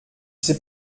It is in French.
sais